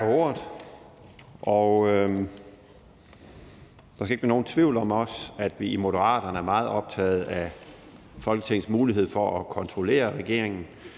Der skal ikke være nogen tvivl om, at vi også i Moderaterne er meget optaget af Folketingets mulighed for at kontrollere regeringen.